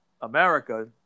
America